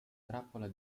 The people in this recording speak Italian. trappola